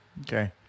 Okay